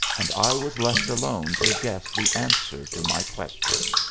and i was left alone to guess the answer to my question.